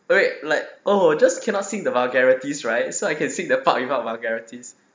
wait like oh just cannot sing the vulgarities right so I can sing the part without vulgarities